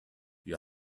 you